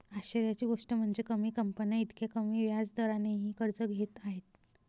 आश्चर्याची गोष्ट म्हणजे, कमी कंपन्या इतक्या कमी व्याज दरानेही कर्ज घेत आहेत